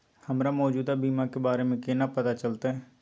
हमरा मौजूदा बीमा के बारे में केना पता चलते?